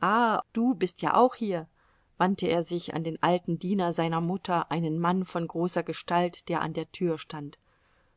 ah du bist ja auch hier wandte er sich an den alten diener seiner mutter einen mann von großer gestalt der an der tür stand